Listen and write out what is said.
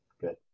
good